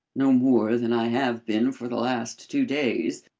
no more than i have been for the last two days.